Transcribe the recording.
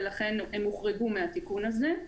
ולכן הם הוחרגו מהתיקון הזה.